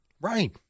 Right